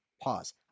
pause